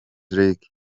league